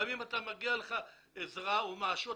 גם אם מגיעה לך עזרה או משהו,